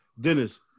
Dennis